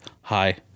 hi